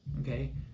Okay